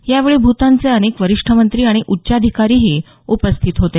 यावेळी भूतानचे अनेक वरिष्ठ मंत्री आणि उच्चाधिकारीही उपस्थित होते